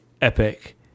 epic